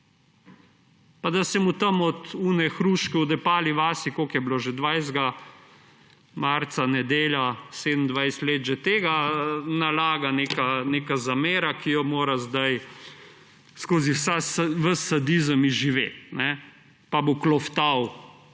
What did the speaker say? pa da se mu tam od tiste hruške v Depali vasi – koliko je bilo že? 20. marca, nedelja, 27 let je že tega – nalaga neka zamera, ki jo mora zdaj skozi ves sadizem izživeti, pa bo klofutal